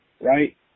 right